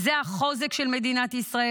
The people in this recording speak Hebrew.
זה החוזק של מדינת ישראל.